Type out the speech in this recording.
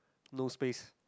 no space